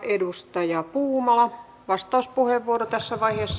edustaja puumala vastauspuheenvuoro tässä vaiheessa